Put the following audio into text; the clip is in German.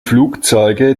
flugzeuge